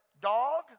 dog